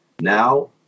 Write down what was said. Now